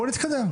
בוא נתקדם.